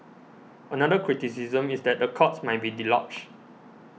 another criticism is that the courts might be deluged